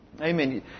Amen